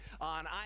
on